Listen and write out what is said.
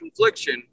confliction